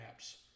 apps